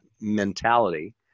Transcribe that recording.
mentality